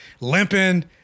limping